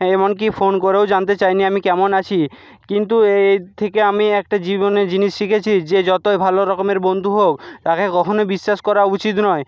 এমনকী ফোন করেও জানতে চায়নি আমি কেমন আছি কিন্তু এর থেকে আমি একটা জীবনে জিনিস শিখেছি যে যতই ভালো রকমের বন্ধু হোক তাকে কখনোই বিশ্বাস করা উচিত নয়